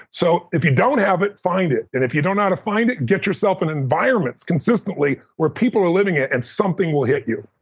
so if you don't have it, find it, and if you don't know how to find it, get yourself in environments consistently where people are living it, and something will hit you.